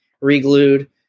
re-glued